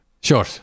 Sure